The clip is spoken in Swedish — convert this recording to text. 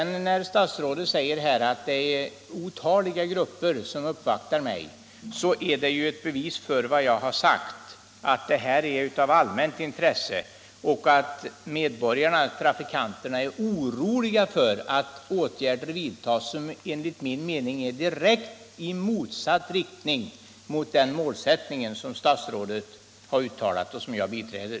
När statsrådet säger att det är otaliga grupper som uppvaktar honom om detta, är det ett bevis för vad jag har sagt, nämligen att denna fråga är av allmänt intresse och att trafikanterna är oroliga för att åtgärder vidtas som enligt min mening går rakt emot den målsättning som statsrådet uttalat sig för och som jag biträder.